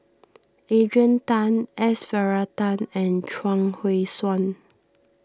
Adrian Tan S Varathan and Chuang Hui Tsuan